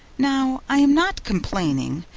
now, i am not complaining,